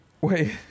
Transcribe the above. Wait